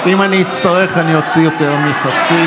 אם אני אצטרך, אני אוציא יותר מחצי.